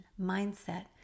mindset